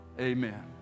amen